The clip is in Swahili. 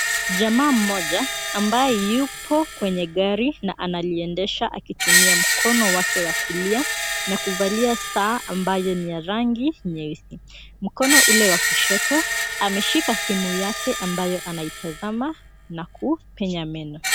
Jamaa mmoja ambaye yupo kwenye gari na analiendesha akitumia mkono wake wa kulia na kuvalia saa ambayo ni ya rangi nyeusi. Mkono ule wa kushoto ameshika simu yake ambayo anaitazama na kupenya meno.